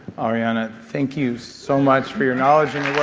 ariana, thank you so much for your knowledge and